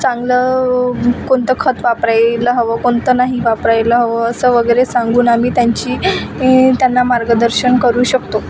चांगलं कोणतं खत वापरायला हवं कोणतं नाही वापरायला हवं असं वगैरे सांगून आम्ही त्यांची त्यांना मार्गदर्शन करू शकतो